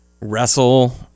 wrestle